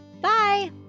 Bye